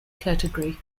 category